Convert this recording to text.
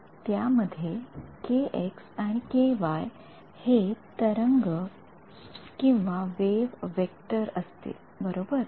त्या मध्ये kx आणि ky हे तरंगवेव्ह व्हेक्ट असतील बरोबर